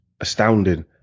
astounding